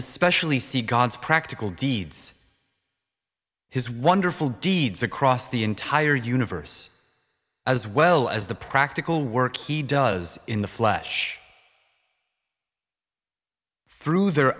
especially see god's practical deeds his wonderful deeds across the entire universe as well as the practical work he does in the flesh through their